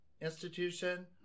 institution